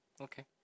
Okay